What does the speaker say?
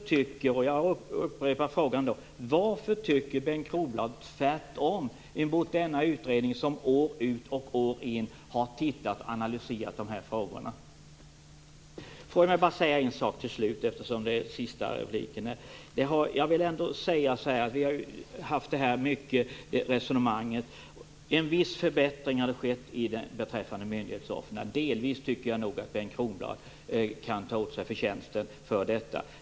Jag upprepar frågan: Varför tycker Bengt Kronblad tvärtom mot denna utredning som år ut och år in har tittat på och analyserat de här frågorna? Får jag till slut bara säga en sak eftersom det är den sista repliken. Vi har ju fört det här resonemanget, och en viss förbättring har skett beträffande myndigheterna. Delvis tycker jag nog att Bengt Kronblad kan ta åt sig äran för detta.